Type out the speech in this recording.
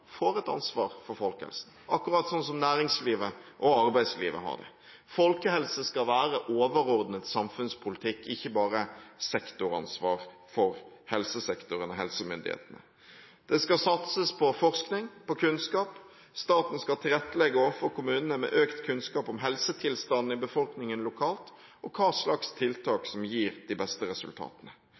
får et ansvar for folkehelsen, akkurat som næringslivet og arbeidslivet har det. Folkehelse skal være overordnet samfunnspolitikk, ikke bare sektoransvar for helsesektoren og helsemyndighetene. Det skal satses på forskning og kunnskap. Staten skal tilrettelegge for kommunene med økt kunnskap om helsetilstanden i befolkningen lokalt og hvilke tiltak som gir de beste resultatene.